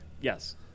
Yes